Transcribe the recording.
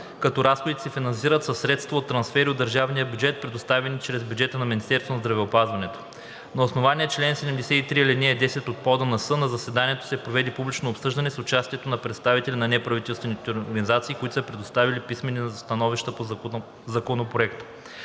като разходите се финансират със средства от трансфери от държавния бюджет, предоставени чрез бюджета на Министерството на здравеопазването. На основание чл. 73, ал. 10 от ПОДНС на заседанието се проведе публично обсъждане с участието на представители на неправителствените организации, които са предоставили писмени становища по Законопроекта.